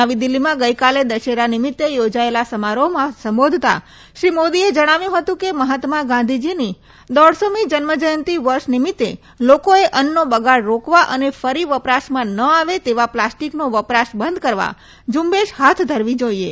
નવી દિલ્ફીમાં ગઈકાલે દશેરા નિમિત્તે યોજાયેલા સમારોહમાં સંબોધતા શ્રી મોદીએ જણાવ્યું હતું કે મહાત્મા ગાંધીની દોઢસોમી જન્મજ્યંતિ વર્ષ નિમિત્તે લોકોએ અન્નનો બગાડ રોકવા અને ફરી વપરાશમાં ન આવે તેવા પ્લાસ્ટિકનો વપરાશ બંધ કરવા ઝુંબેશ હાથ ધરવી જોઈએ